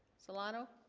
solano